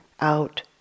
out